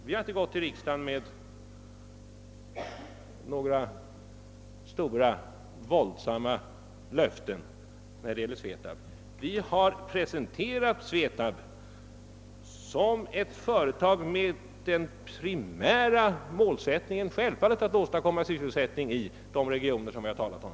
Vi har inte vänt oss till riksdagen med några stora löften när det gäller de omedelbara resultaten av SVETAB. Vi har presenterat SVETAB som ett företag som självfallet skall ha den primära målsättningen att åstadkomma sysselsättning i de regioner som vi nu talat om.